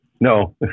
No